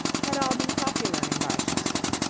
had all been popular in barchester.